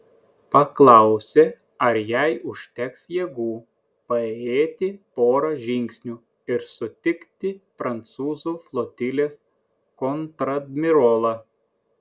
paklausė ar jai užteks jėgų paėjėti porą žingsnių ir sutikti prancūzų flotilės kontradmirolą